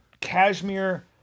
cashmere